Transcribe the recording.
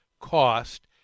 cost